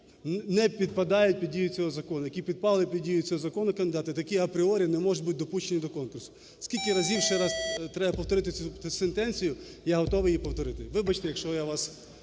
не підпадають під дію цього закону. Які підпали під дію цього закону кандидати, такі апріорі не можуть бути допущені до конкурсу. Скільки разів ще раз треба повторити цю сентенцію? Я готовий її повторити. Вибачте, якщо я вас